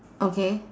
okay